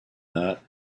that